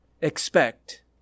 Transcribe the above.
expect